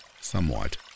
somewhat